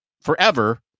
forever